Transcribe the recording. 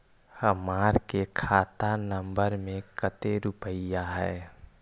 हमार के खाता नंबर में कते रूपैया है?